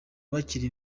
bakiri